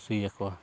ᱠᱩᱥᱤ ᱟᱠᱚᱣᱟ